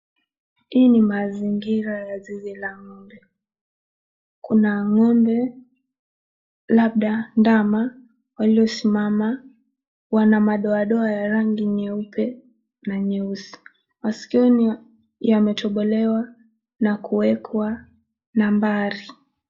Hii ni mazingira ya zizi la ng'ombe. Kuna ng'ombe labda dama waliosimama, wana madoadoa ya rangi nyeupe na nyeusi. Maskioni yametobolewa na kuwekwa nambari.